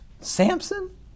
Samson